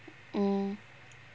mm